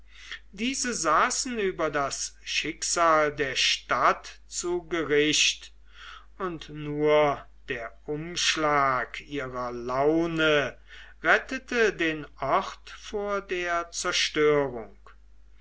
diese saßen über das schicksal der stadt zu gericht und nur der umschlag ihrer laune rettete den ort vor der zerstörung